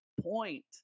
point